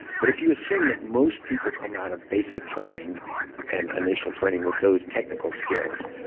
but if you assume that most people come out of basic training and initial training with those technical skills,